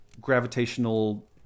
gravitational